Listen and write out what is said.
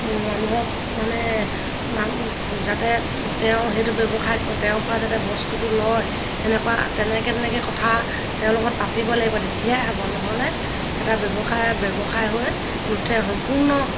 মানুহক মানে মান যাতে তেওঁ সেইটো ব্যৱসায় তেওঁৰ পৰা যাতে বস্তুটো লয় সেনেকুৱা তেনেকে তেনেকে কথা তেওঁৰ লগত পাতিব লাগিব তেতিয়াহে হ'ব নহ'লে এটা ব্যৱসায় ব্যৱসায় হৈ নুঠে সম্পূৰ্ণ